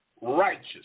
righteous